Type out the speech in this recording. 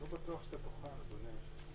לא בטוח שתוכל, אדוני.